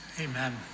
Amen